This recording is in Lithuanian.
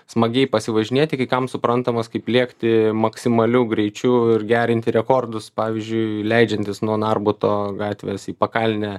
smagiai pasivažinėti kai kam suprantamas kaip lėkti maksimaliu greičiu ir gerinti rekordus pavyzdžiui leidžiantis nuo narbuto gatvės į pakalnę